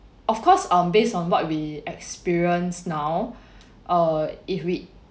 of course um based on what we experience now uh if we